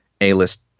A-list